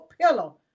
pillow